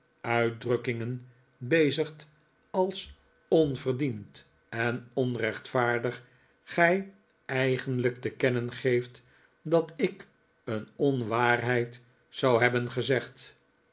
uitdrukkingen bezigt als onverdiend en onrechtvaardig gij eigenlijk te kennen geeft dat ik een onwaarheid zou hebben gezegd